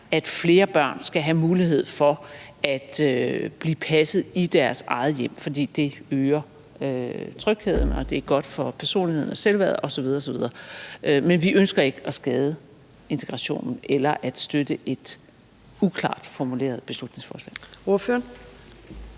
at flere børn skal have mulighed for at blive passet i deres eget hjem, fordi det øger trygheden og det er godt for personligheden og selvværdet osv., osv., men vi ønsker ikke at skade integrationen eller støtte et uklart formuleret beslutningsforslag.